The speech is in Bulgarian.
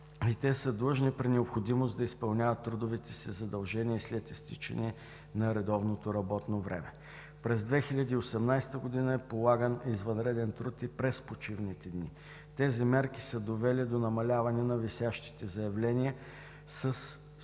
и те са длъжни при необходимост да изпълняват трудовите си задължения след изтичане на редовното работно време. През 2018 г. е полаган извънреден труд и през почивните дни. Тези мерки са довели до намаляване на висящите заявления със